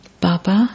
Baba